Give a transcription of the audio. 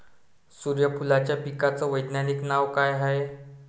सुर्यफूलाच्या पिकाचं वैज्ञानिक नाव काय हाये?